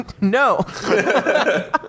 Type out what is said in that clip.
no